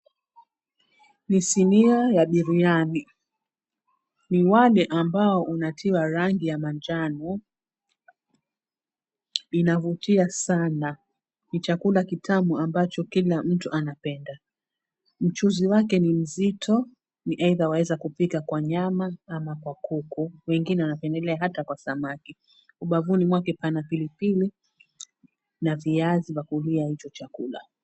Ni sinia ya biriani. Ni wali ambao unatiwa rangi ya manjano, inavutia sana. Ni chakula kitamu ambacho kila mtu anapenda. Mchuzi wake ni mzito, ni aidha waweza kupiga kwa nyama ama kwa kuku, wengine wanapendelea hata kwa samaki. Ubavuni mwake pana pilipili na viazi vya kulia hicho chakula.